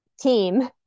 team